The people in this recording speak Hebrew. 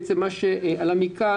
עלה מכאן